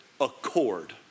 accord